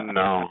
no